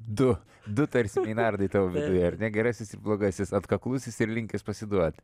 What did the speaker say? du du tarsi meinardai tavo viduje ar ne gerasis ir blogasis atkaklusis ir linkęs pasiduot